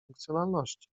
funkcjonalności